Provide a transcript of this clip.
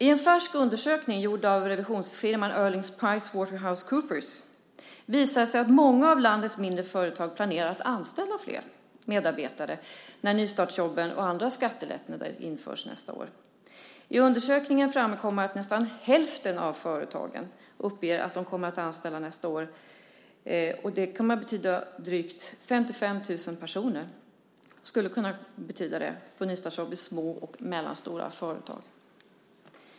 I en färsk undersökning gjord av revisionsfirman Öhrlings Price Waterhouse Coopers visas att många av landets företag planerar att anställa flera medarbetare när nystartsjobben och andra skattelättnader införs nästa år. I undersökningen framkommer att nästan hälften av företagen uppger att de kommer att anställa nästa år. Det skulle kunna betyda att drygt 55 000 personer kan få nystartsjobb i små och mellanstora företag.